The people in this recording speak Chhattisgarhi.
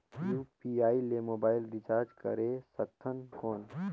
यू.पी.आई ले मोबाइल रिचार्ज करे सकथन कौन?